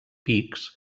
pics